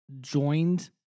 joined